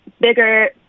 bigger